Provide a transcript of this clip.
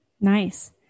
Nice